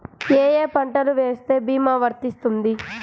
ఏ ఏ పంటలు వేస్తే భీమా వర్తిస్తుంది?